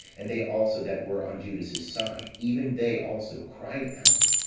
and they also that were on judas's side, even they also cried out,